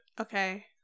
okay